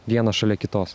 vienas šalia kitos